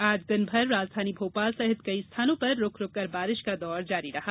आज दिन भर राजधानी भोपाल सहित कई स्थानों पर रुक रुककर बारिश का दौर जारी रहा